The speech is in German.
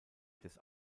des